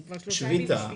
הן כבר שלושה ימים בשביתה.